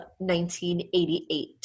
1988